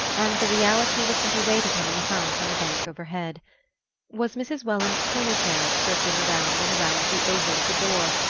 and the reality was what awaited him in the house on the bank overhead was mrs. welland's pony-carriage circling around and around the oval at the door,